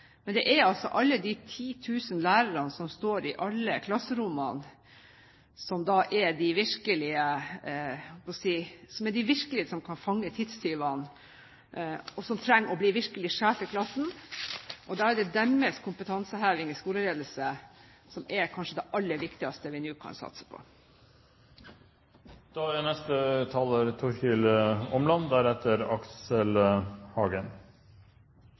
men det er alle de titusener lærere som står i alle klasserommene, som er de som virkelig kan fange tidstyvene, og som bør bli de virkelige sjefene i klassen. Da er det deres kompetanseheving i skoleledelse som kanskje er det aller viktigste vi nå kan satse